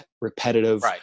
repetitive